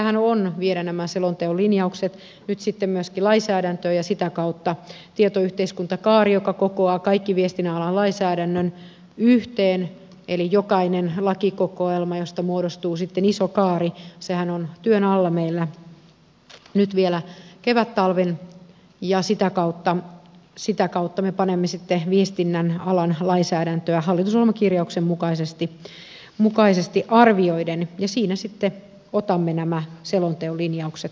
tärkeäähän on viedä nämä selonteon linjaukset nyt sitten myöskin lainsäädäntöön ja sitä kautta tietoyhteiskuntakaari joka kokoaa kaiken viestinnän alan lainsäädännön yhteen eli jokaisesta lakikokoelmasta muodostuu sitten iso kaari on työn alla meillä nyt vielä kevättalven ja sitä kautta me sitten viestinnän alan lainsäädäntöä hallitusohjelmakirjauksen mukaisesti arvioimme ja siinä sitten otamme nämä selonteon linjaukset huomioon